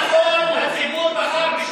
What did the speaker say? והציבור בחר בנתניהו.